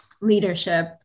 leadership